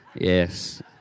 Yes